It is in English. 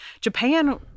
Japan